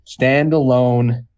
standalone